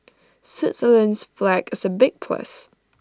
Switzerland's flag is A big plus